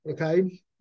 Okay